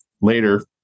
later